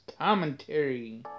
commentary